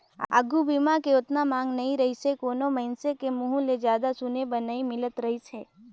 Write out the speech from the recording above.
आघू बीमा के ओतना मांग नइ रहीसे कोनो मइनसे के मुंहूँ ले जादा सुने बर नई मिलत रहीस हे